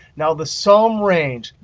now, the sum range,